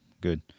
good